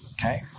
Okay